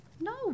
No